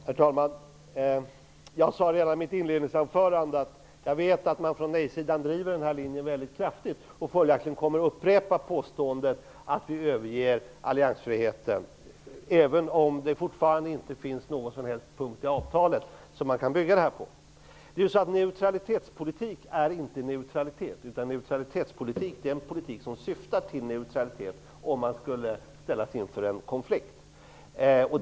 Herr talman! Jag sade redan i mitt inledningsanförande att jag vet att man från nejsidan kraftfullt driver denna linje. Följaktligen kommer man att upprepa påståendet att vi överger alliansfriheten, även om det fortfarande inte finns någon punkt i avtalet som man kan bygga det påståendet på. Neutralitetspolitik är inte neutralitet. Neutralitetspolitik är en politik som syftar till neutralitet om man skulle ställas inför en konflikt.